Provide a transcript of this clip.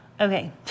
okay